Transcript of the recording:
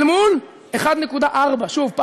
אל מול 1.4. שוב,